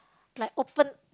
like open